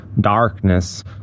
darkness